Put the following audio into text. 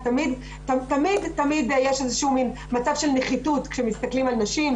תמיד יש מצב של נחיתות כשמסתכלים על נשים,